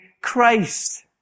Christ